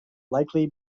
likely